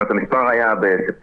בספטמבר המספר היה 25%,